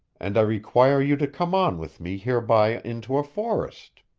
and i require you to come on with me hereby into a forest.